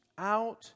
out